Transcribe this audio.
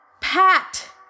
Pat